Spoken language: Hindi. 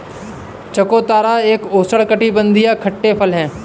चकोतरा एक उष्णकटिबंधीय खट्टे फल है